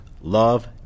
love